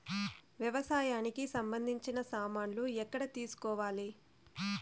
వ్యవసాయానికి సంబంధించిన సామాన్లు ఎక్కడ తీసుకోవాలి?